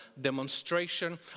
demonstration